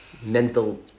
mental